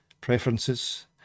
preferences